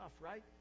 right